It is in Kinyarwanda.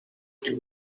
cyane